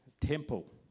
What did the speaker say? temple